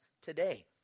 today